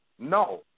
No